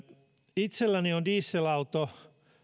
itselläni on dieselauto